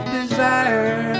desire